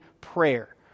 prayer